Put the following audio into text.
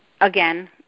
again